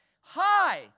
hi